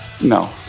No